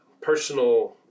personal